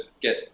get